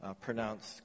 pronounced